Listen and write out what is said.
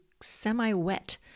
semi-wet